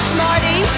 Smarty